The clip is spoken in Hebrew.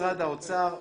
ממשרד האוצר לטוטו,